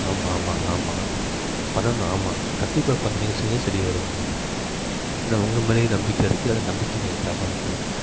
ஆமாம் ஆமாம் ஆமாம் பண்ணணும் ஆமாம் கண்டிப்பாக பண்ணி சரியா சரி வரும் உங்களுக்கு ஏன்னா உங்கள் மேலேயும் நம்பிக்கை இருக்குது அந்த நம்பிக்கை நீங்கள் காப்பாத்தணும்ல